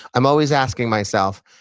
i'm always asking myself,